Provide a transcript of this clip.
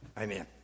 Amen